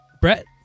Brett